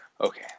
Okay